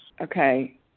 Okay